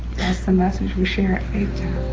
that's the message we share at faithtown.